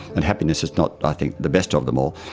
and happiness is not i think the best of them all,